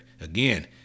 Again